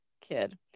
kid